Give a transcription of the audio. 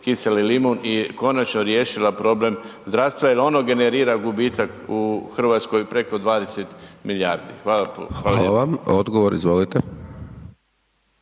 kiseli limun i konačno riješila problem zdravstva jel ono generira gubitak u RH preko 20 milijardi. Hvala lijepo.